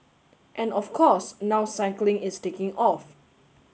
and of course now cycling is taking off